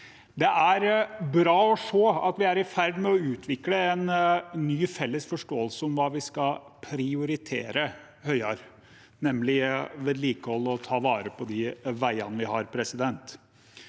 Det er bra å se at vi er i ferd med å utvikle en ny, felles forståelse av hva vi skal prioritere høyere, nemlig vedlikehold, å ta vare på de veiene vi har. Det